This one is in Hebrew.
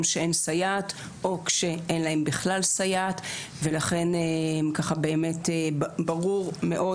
שאין סייעת או כשאין להם בכלל סייעת ולכן באמת ברור מאוד